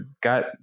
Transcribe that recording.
got